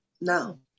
No